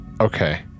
Okay